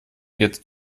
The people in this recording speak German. jetzt